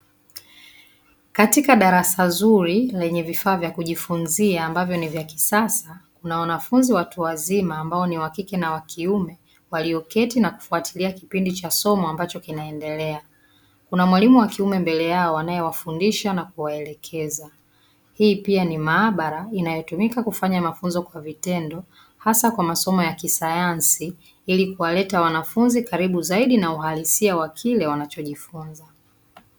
Katika darasa zuri lenye vifaa vya kujifunzia ambavyo ni vya kisasa kuna wanafunzi watu wazima ambao ni wa kike na wakiume, walioketi na kufuatilia kipindi cha somo ambacho kinaendelea. Kuna mwalimu wakiume mbele yao anaewafundisha na kuwaelekeza. Hii pia ni maabara inayotumika kufanya mafunzo kwa vitendo hasa kwa mafunzo ya kisayansi ili kuwaleta wanafunzi karibu zaidi na uhalisia wa kile wanachojifunza.